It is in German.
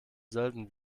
sölden